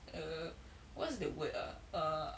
err what's the word ah uh